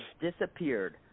disappeared